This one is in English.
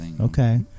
Okay